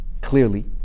clearly